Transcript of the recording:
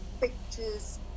pictures